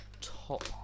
top